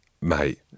mate